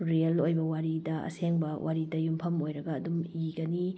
real ꯑꯣꯏꯕ ꯋꯥꯔꯤꯗ ꯑꯁꯦꯡꯕ ꯋꯥꯔꯤꯗ ꯌꯨꯝꯐꯝ ꯑꯣꯏꯔꯒ ꯑꯗꯨꯝ ꯏꯒꯅꯤ